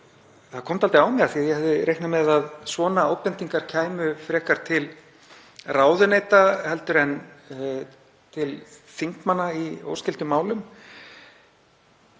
Það kom dálítið á mig af því að ég hafði reiknað með að svona ábendingar kæmu frekar til ráðuneyta heldur en til þingmanna í óskyldum málum.